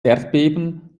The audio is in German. erdbeben